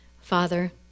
father